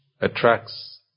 attracts